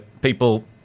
people